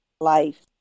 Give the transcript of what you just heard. life